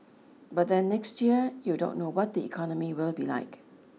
but then next year you don't know what the economy will be like